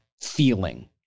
feeling